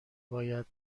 باید